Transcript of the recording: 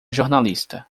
jornalista